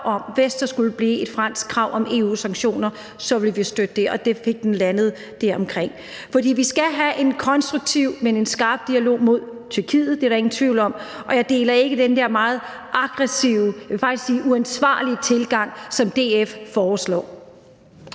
hvis der kom et fransk krav om EU-sanktioner, ville vi støtte det, og det blev landet deromkring. For vi skal have en konstruktiv, men skarp dialog med Tyrkiet – det er der ingen tvivl om. Og jeg deler ikke den der meget aggressive – jeg vil faktisk sige uansvarlige – tilgang, som DF foreslår.